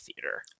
theater